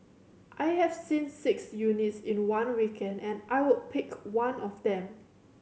I have seen six units in one weekend and I would pick one of them